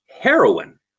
heroin